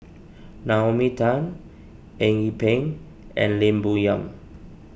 Naomi Tan Eng Yee Peng and Lim Bo Yam